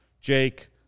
Jake